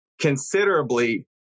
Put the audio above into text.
considerably